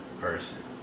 person